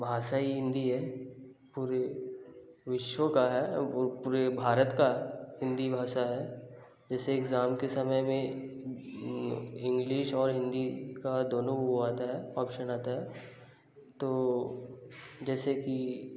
भाषा ही हिंदी है पूरे विश्व का है और वो पूरे भारत का हिंदी भाषा है जैसे इग्ज़ाम के समय में इंग्लिश और हिंदी का दोनों वो आता है ऑप्शन आता है तो जैसे कि